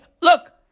look